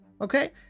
Okay